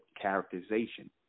characterization